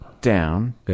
down